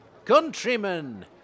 Countrymen